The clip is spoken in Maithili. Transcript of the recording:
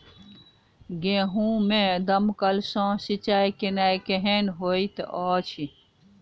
गेंहूँ मे दमकल सँ सिंचाई केनाइ केहन होइत अछि?